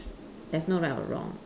there's no right or wrong